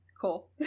cool